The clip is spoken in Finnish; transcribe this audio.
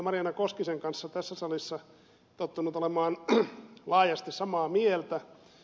marjaana koskisen kanssa tässä salissa tottunut olemaan laajasti samaa mieltä